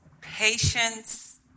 patience